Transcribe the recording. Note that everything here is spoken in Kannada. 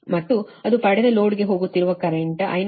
ಮತ್ತು ಅದು ಪಡೆದ ಲೋಡ್ಗೆ ಹೋಗುತ್ತಿರುವ ಕರೆಂಟ್ 551